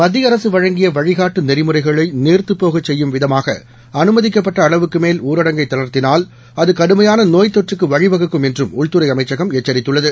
மத்தியஅரசுவழங்கியவழிகாட்டுநெறிமுறைகளைநீர்த்துப்போகச்செய்யு ம்விதமாக அனுமதிக்கப்பட்டஅளவுக்குமேல்ஊரடங்கைத்தளர்த்தினால்அதுகடுமை யானநோய்த்தொற்றுக்குவழிவகுக்கும்என்றும்உள்துறைஅமைச்சகம்எச் சரித்துள்ளது